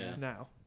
now